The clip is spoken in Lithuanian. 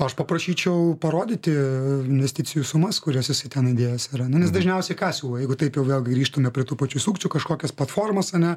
aš paprašyčiau parodyti investicijų sumas kurias jisai ten įdėjęs yra jis dažniausiai ką siūlo jeigu taip jau vėl grįžtumėme prie tų pačių sukčių kažkokios platformos a ne